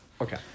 okay